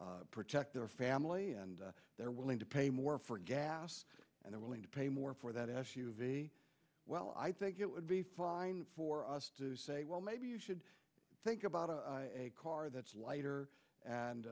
to protect their family and they're willing to pay more for gas and they're willing to pay more for that as well i think it would be fine for us to say well maybe you should think about a car that's lighter and